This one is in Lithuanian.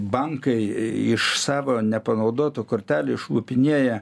bankai iš savo nepanaudotų kortelių išlupinėja